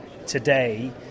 Today